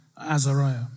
Azariah